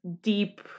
deep